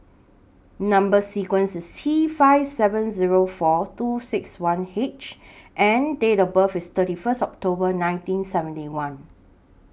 Number sequence IS T five seven Zero four two six one H and Date of birth IS thirty First October nineteen seventy one